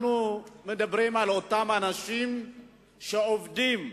אנחנו מדברים על אותם אנשים שעובדים,